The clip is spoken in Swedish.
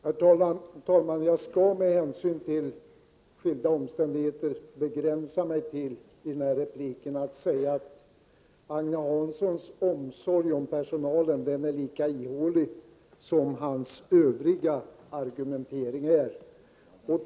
Herr talman! Med hänsyn till skilda omständigheter skall jag i den här repliken begränsa mig till att säga att Agne Hanssons omsorg om personalen är lika ihålig som hans övriga argumentering här.